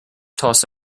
toss